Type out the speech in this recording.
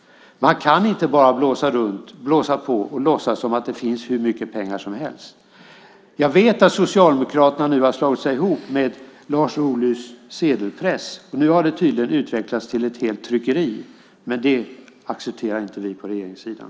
Man kan inte bara blåsa på och låtsas som om det finns hur mycket pengar som helst. Jag vet att Socialdemokraterna nu har slagit sig ihop med Lars Ohlys sedelpress. Nu har det tydligen utvecklats till ett helt tryckeri, men det accepterar inte vi på regeringssidan.